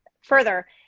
further